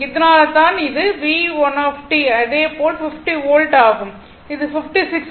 அதனால்தான் இது VL t க்கு இதேபோல் 50 வோல்ட் ஆகும் இது 56 ஆகும்